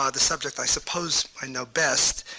ah the subject i suppose i know best,